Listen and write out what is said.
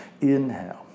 Inhale